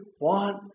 want